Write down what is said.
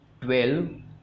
12